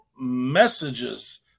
messages